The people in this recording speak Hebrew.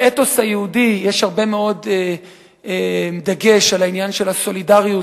באתוס היהודי יש הרבה מאוד דגש על העניין של הסולידריות,